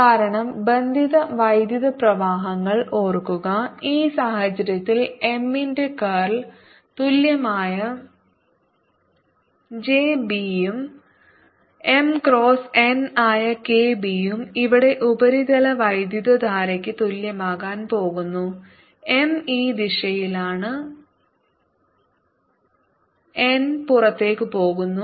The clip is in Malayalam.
കാരണം ബന്ധിത വൈദ്യുത പ്രവാഹങ്ങൾ ഓർക്കുക ഈ സാഹചര്യത്തിൽ M ന്റെ കർൾ തുല്യമായ J B ഉം M ക്രോസ് n ആയ K B ഉം ഇവിടെ ഉപരിതല വൈദ്യുതധാരയ്ക്ക് തുല്യമാകാൻ പോകുന്നു M ഈ ദിശയിലാണ് n പുറത്തേക്ക് പോകുന്നു